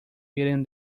eating